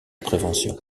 prévention